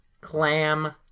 clam